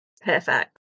perfect